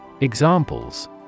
Examples